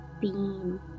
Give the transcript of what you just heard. beam